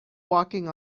walking